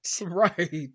Right